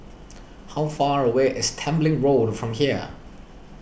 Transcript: how far away is Tembeling Road from here